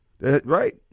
Right